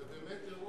זה באמת אירוע מכונן.